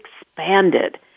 expanded